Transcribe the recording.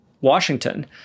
Washington